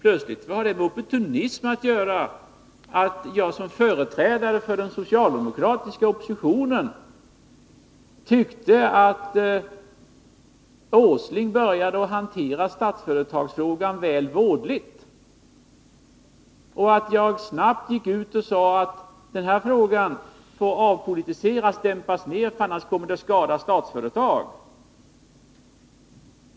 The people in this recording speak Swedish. Vad har det med opportunism att göra, att jag som företrädare för den socialdemokratiska oppositionen tyckte att herr Åsling började hantera Statsföretagsfrågan väl vådligt och att jag snabbt gick ut och sade att frågan får avpolitiseras och dämpas ner om inte Statsföretag skall skadas?